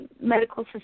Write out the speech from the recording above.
medical